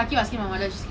let's leave her and go lah